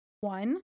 one